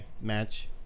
match